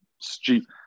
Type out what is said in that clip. stupid